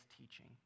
teaching